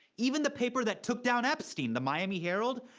even the paper that took down epstein, the miami herald,